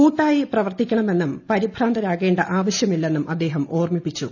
കൂട്ടായി പ്രവർത്തിക്കണമെന്നും പരിഭ്രാന്തരാകേ ആവശ്യമില്ലെന്നും അദ്ദേഹം ഓർമ്മിപ്പിച്ചു